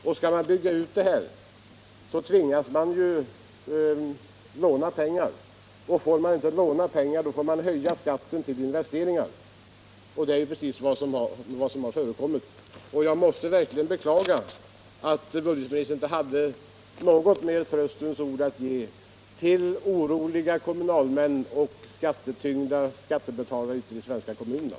Skall kommunerna bygga ut denna service tvingas de att låna pengar, och får de inte låna pengar måste de höja skatten för att få medel till investeringar. Och det är precis vad som har förekommit. Jag måste verkligen beklaga att budgetministern inte hade något mer 29 spekulativa inslag i småhusbyggandet tröstens ord att ge till oroliga kommunalmän och skattetyngda medborgare ute i de svenska kommunerna.